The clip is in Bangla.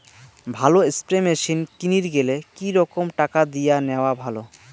ভালো স্প্রে মেশিন কিনির গেলে কি রকম টাকা দিয়া নেওয়া ভালো?